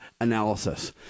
analysis